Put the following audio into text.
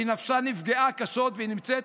כי נפשה נפגעה קשות והיא נמצאת